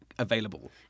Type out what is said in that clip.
Available